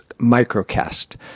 microcast